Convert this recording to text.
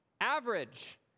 average